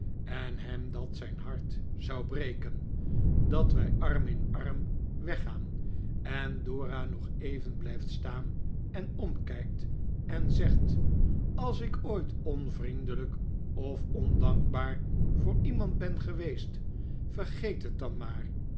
en hem dat zijn hart zou breken dat wij arm in arm weggaan en dora nog even blijft staan en omkijkt en zegt als ik ooit onvriendelijk of ondankbaar voor iemand ben geweest vergeet het dan maar